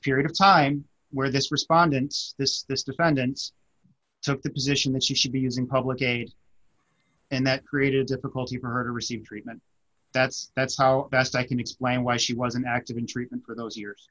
period of time where this respondents this this defendant's took the position that she should be using public games and that created difficulty of her to receive treatment that's that's how best i can explain why she wasn't active in treatment for those years